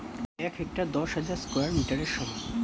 এক হেক্টার দশ হাজার স্কয়ার মিটারের সমান